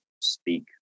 speak